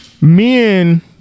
men